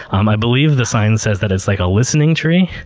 um i believe the sign says that it's like a, listening tree.